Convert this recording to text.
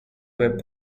were